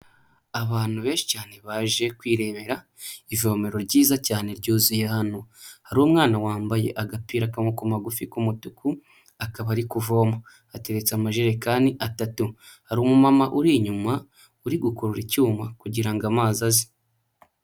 Abantu benshi cyane baje kwirebera ivomero ryiza cyane ryuzuye hano, hari umwana wambaye agapira k'amaboko magufi k'umutuku, akaba ari kuvoma, ateretse amajerekani atatu, hari umumama uri inyuma uri gukurura icyuma kugira ngo amazi aze.